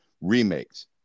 remakes